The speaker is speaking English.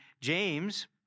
James